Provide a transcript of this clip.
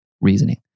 reasoning